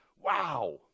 Wow